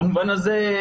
במובן הזה,